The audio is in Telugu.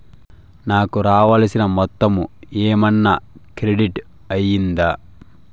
నాకు రావాల్సిన మొత్తము ఏమన్నా క్రెడిట్ అయ్యిందా